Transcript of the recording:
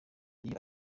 iyo